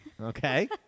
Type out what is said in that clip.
Okay